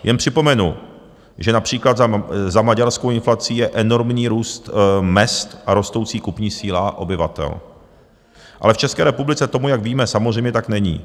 Jen připomenu, že například za maďarskou inflací je enormní růst mezd a rostoucí kupní síla obyvatel, ale v České republice tomu, jak víme, samozřejmě tak není.